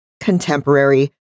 contemporary